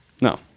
No